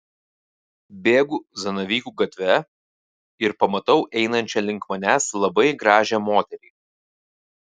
bėgu zanavykų gatve ir pamatau einančią link manęs labai gražią moterį